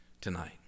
tonight